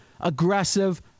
aggressive